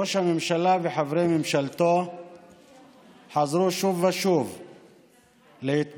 ראש הממשלה וחברי ממשלתו חזרו שוב ושוב להתפאר